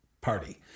party